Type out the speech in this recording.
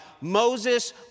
Moses